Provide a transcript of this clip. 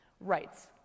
Rights